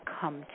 come